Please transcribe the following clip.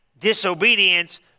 disobedience